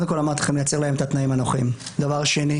קודם כול,